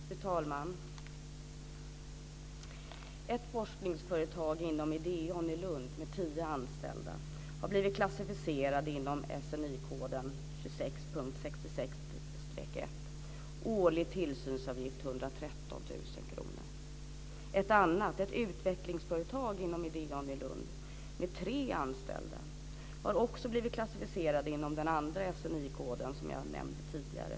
Fru talman! Ett forskningsföretag inom Ideon i Lund med tio anställda har blivit klassificerat inom 113 000 kr. Ett utvecklingsföretag inom Ideon i Lund med tre anställda har blivit klassificerat inom den andra SNI-koden som jag nämnde tidigare.